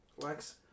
Lex